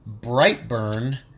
Brightburn